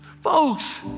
Folks